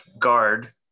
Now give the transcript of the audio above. guard